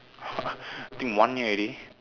I think one year already